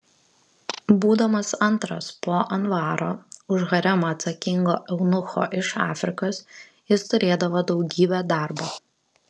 būdamas antras po anvaro už haremą atsakingo eunucho iš afrikos jis turėdavo daugybę darbo